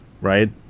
right